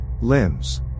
Limbs